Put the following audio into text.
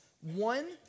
one